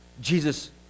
Jesus